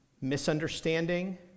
misunderstanding